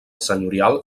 senyorial